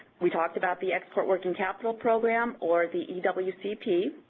we talked about the export working capital program or the ewcp,